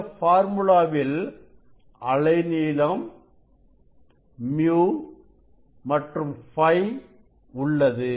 இந்த ஃபார்முலாவில் அலைநீளம் µ மற்றும் Φ உள்ளது